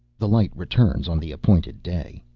the light returns on the appointed day.